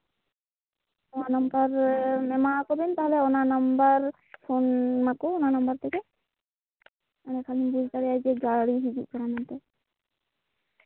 ᱱᱚᱶᱟ ᱱᱟᱢᱵᱟᱨ ᱮᱢᱟ ᱟᱠᱚᱵᱮᱱ ᱛᱟᱦᱞᱮ ᱚᱱᱟ ᱱᱟᱢᱵᱟᱨ ᱯᱷᱳᱱ ᱢᱟᱠᱚ ᱚᱱᱟ ᱱᱟᱢᱵᱟᱨ ᱛᱮᱜᱮ ᱮᱱᱰᱮ ᱠᱷᱟᱱᱜᱮᱧ ᱵᱩᱡ ᱫᱟᱲᱮᱭᱟᱜᱼᱟ ᱜᱟᱹᱰᱤ ᱦᱤᱡᱩᱜ ᱠᱟᱱᱟ ᱢᱮᱱᱛᱮ